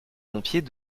pompiers